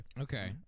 Okay